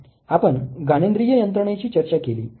आपण घानेन्द्रीय यंत्रणेची चर्चा केली